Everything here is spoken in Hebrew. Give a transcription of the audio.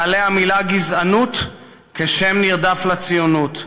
תעלה המילה גזענות כשם נרדף לציונות,